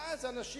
ואז אנשים,